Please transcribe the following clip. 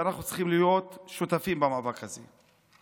ואנחנו צריכים להיות שותפים במאבק הזה.